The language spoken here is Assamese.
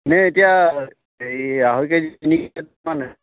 নে এতিয়া এই